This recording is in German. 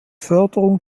förderung